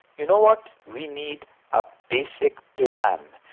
you know what? we need a basic plan.